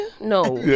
No